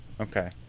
Okay